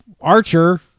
Archer